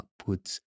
upwards